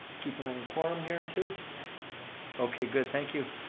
keep an eye on quorum here, too. yeah okay, good, thank you.